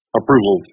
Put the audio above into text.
approval